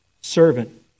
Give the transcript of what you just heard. Servant